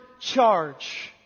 charge